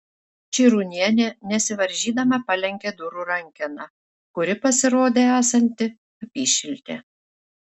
čirūnienė nesivaržydama palenkė durų rankeną kuri pasirodė esanti apyšiltė